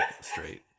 straight